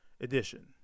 edition